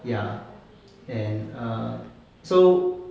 ya and err so